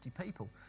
people